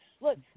Look